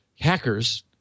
hackers